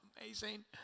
Amazing